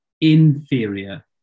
inferior